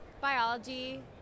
Biology